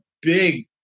big